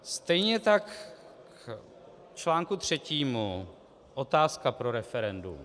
Stejně tak k článku třetímu, otázka pro referendum.